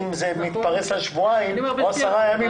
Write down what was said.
אם זה מתפרס על שבועיים או על עשרה ימים,